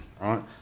right